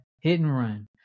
hit-and-run